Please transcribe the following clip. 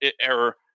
error